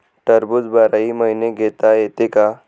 टरबूज बाराही महिने घेता येते का?